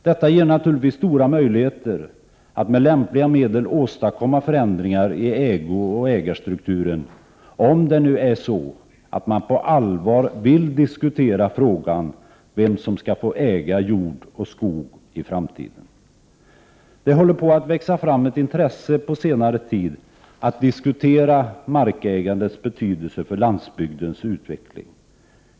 Detta ger naturligtvis stora möjligheter att med lämpliga medel åstadkomat Regionalpolitik ma förändringar i ägooch ägarstrukturen, om det nu är så att man på allvar vill diskutera frågan om vem som skall få äga jord och skog i framtiden. Det har på senare tid vuxit fram ett intresse för att diskutera markägandets betydelse för landsbygdens utveckling.